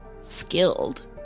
skilled